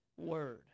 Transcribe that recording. word